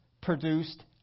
produced